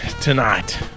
Tonight